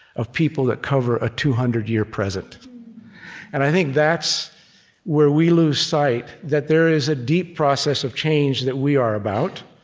of people that cover a two hundred year present and i think that's where we lose sight that there is a deep process of change that we are about,